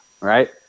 right